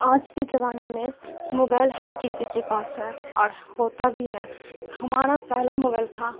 آج کے زمانہ میں موبل ہر کسی کے پاس ہے اور ہوتا بھی ہے ہمارا پہلا موبل تھا